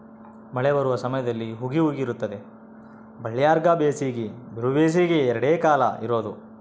ಮಳೆ ಬರುವ ಸಮಯದಲ್ಲಿ ಹುಗಿ ಹುಗಿ ಇರುತ್ತದೆ ಬಳ್ಳಾರ್ಯಾಗ ಬೇಸಿಗೆ ಬಿರುಬೇಸಿಗೆ ಎರಡೇ ಕಾಲ ಇರೋದು